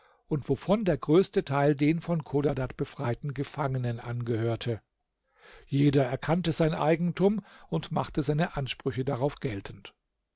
und wovon der größte teil den von chodadad befreiten gefangenen angehörte jeder erkannte sein eigentum und machte seine ansprüche darauf geltend